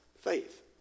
Faith